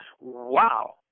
wow